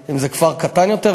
אם זה כפר קטן יותר,